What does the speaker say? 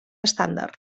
estàndard